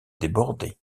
débordés